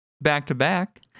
back-to-back